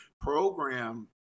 program